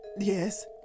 Yes